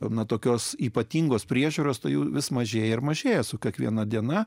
nuo tokios ypatingos priežiūros tai vis mažėja ir mažėja su kiekviena diena